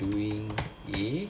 week eight